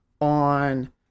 on